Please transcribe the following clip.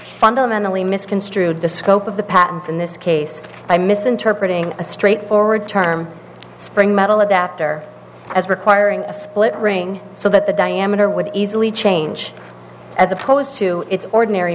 fundamentally misconstrued the scope of the patents in this case i misinterpreting a straightforward term spring metal adapter as requiring a split ring so that the diameter would easily change as opposed to its ordinary